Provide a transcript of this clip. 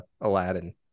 Aladdin